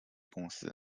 公司